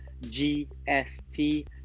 GST